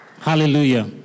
Hallelujah